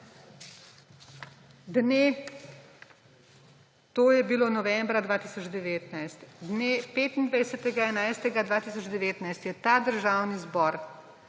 To je bilo novembra 2019. Dne 25. 11. 2019 je ta državni zbor